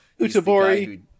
Utabori